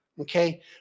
Okay